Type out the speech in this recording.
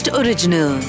original